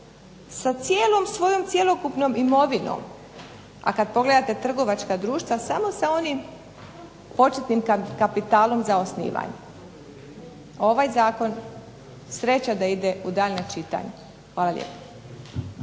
sa cijelom svojom cjelokupnom imovinom. A kad pogledate trgovačka društva samo sa onim početnim kapitalom za osnivanje. Ovaj zakon sreća da ide u daljnja čitanja. Hvala lijepa.